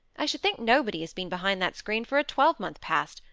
i should think nobody has been behind that screen for a twelvemonth past,